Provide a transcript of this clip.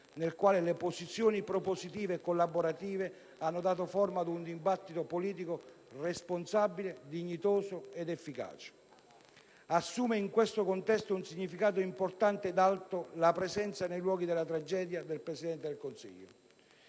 nel quale le posizioni propositive e collaborative hanno dato forma ad un dibattito politico responsabile, dignitoso ed efficace. In questo contesto, assume un significato importante ed alto la presenza del Presidente del Consiglio